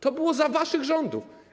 To było za waszych rządów.